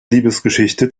liebesgeschichte